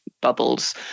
bubbles